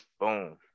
Boom